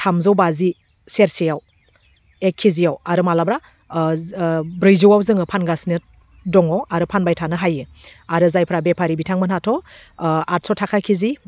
थामजौ बाजि सेरसेयाव एक केजियाव आरो मालाबा जो ब्रैजौवाव जोङो फानगासिनो दङ आरो फानबाय थानो हायो आरो जायफ्रा बेफारि बिथांमोनहाथ' आटस' थाखा केजि